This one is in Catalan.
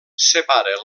separa